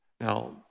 Now